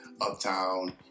Uptown